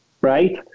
right